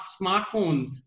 smartphones